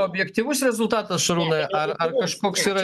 objektyvus rezultatas šarūnai ar ar koks yra